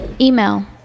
Email